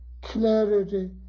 clarity